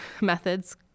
methods